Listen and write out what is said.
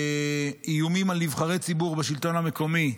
שבאיומים על נבחרי ציבור בשלטון המקומי,